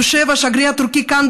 יושב השגריר הטורקי כאן,